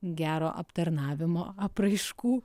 gero aptarnavimo apraiškų